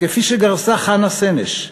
כפי שגרסה חנה סנש: